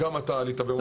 אני